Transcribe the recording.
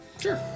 Sure